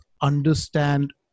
understand